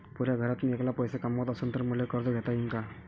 पुऱ्या घरात मी ऐकला पैसे कमवत असन तर मले कर्ज घेता येईन का?